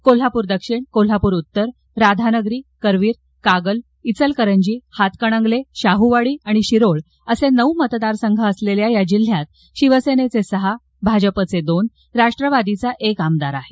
कोल्हापूरदक्षिण उत्तर राधानगरी करवीर कागल चिलकरंजी हातकणगले शाह्वाडी आणि शिरोळ असे नऊ मतदारसंघ असलेल्या या जिल्ह्यात शिवसेनेचे सहा भाजपचे दोन राष्ट्रवादीचा एक आमदार आहे